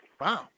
wow